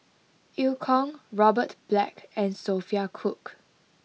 Eu Kong Robert Black and Sophia Cooke